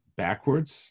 backwards